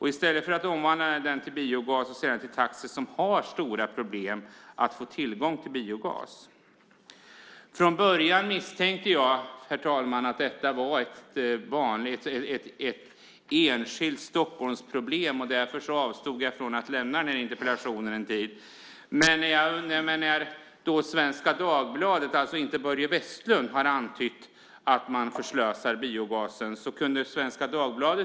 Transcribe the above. I stället borde man omvandla detta till biogas och sälja den till taxi, som har stora problem att få tillgång till biogas. Jag misstänker, herr talman, att detta från början var ett enskilt Stockholmsproblem. Därför avstod jag från att lämna in interpellationen under en tid. Men nu har Svenska Dagbladet - alltså inte bara Börje Vestlund - antytt att man förslösar biogasen.